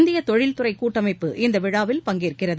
இந்திய தொழில்துறை கூட்டமைப்பு இந்த விழாவில் பங்கேற்கிறது